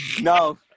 No